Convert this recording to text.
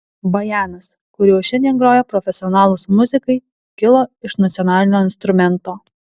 bajanas kuriuo šiandien groja profesionalūs muzikai kilo iš nacionalinio instrumento